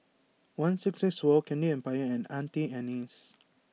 one six six four Candy Empire and Auntie Anne's